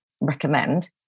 recommend